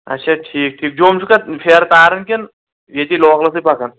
اچھا ٹھیٖک ٹھیٖک جوٚم چھُکھ پھیرٕ تارَان کِنہٕ ییٚتی لوکلَسٕے پَکان